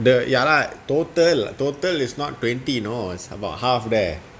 the ya lah total total is not twenty you know it's about half there